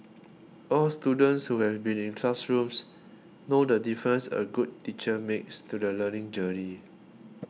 all students who have been in classrooms know the difference a good teacher makes to the learning journey